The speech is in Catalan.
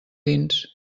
dins